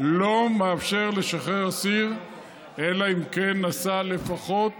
אינו מאפשר לשחרר אסיר אלא אם כן נשא לפחות